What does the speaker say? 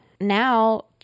now